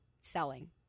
selling